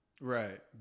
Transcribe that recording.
Right